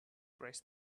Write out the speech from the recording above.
braced